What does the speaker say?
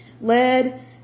lead